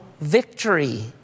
victory